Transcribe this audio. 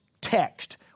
text